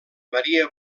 maria